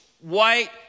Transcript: white